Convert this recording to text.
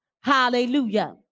Hallelujah